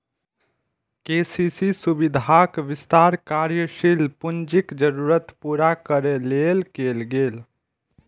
KCC सुविधाक विस्तार कार्यशील पूंजीक जरूरत पूरा करै लेल कैल गेलै